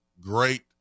great